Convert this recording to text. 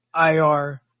ir